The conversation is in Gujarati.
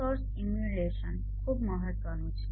સોર્સ ઇમ્યુલેશન ખૂબ મહત્વનું છે